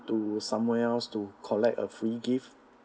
to somewhere else to collect a free gift